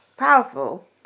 Powerful